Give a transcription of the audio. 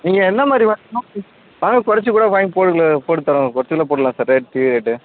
நீங்கள் என்ன மாதிரி வாங்க குறைச்சிக்கூட வாங்கி போடுகலை போட்டுத்தரோம் குறைச்சிக்கூட போட்டெல்லாம் சார் ரேட்டு இது